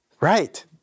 Right